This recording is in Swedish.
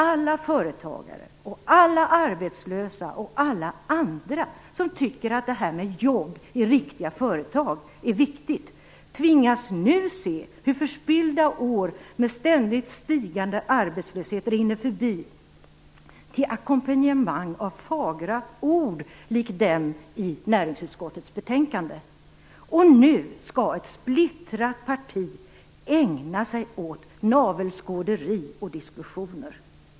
Alla företagare, alla arbetslösa och alla andra som tycker att det där med jobb i riktiga företag är viktigt tvingas nu se hur förspillda år, med ständigt stigande arbetslöshet, rinner förbi till ackompanjemang av fagra ord likt dem i utskottets betänkande. Och nu skall ett splittrat parti ägna sig åt navelskåderi och diskussioner!